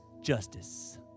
justice